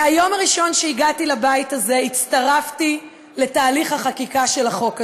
מהיום הראשון שהגעתי לבית הזה הצטרפתי לתהליך החקיקה של החוק הזה.